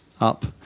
up